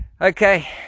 Okay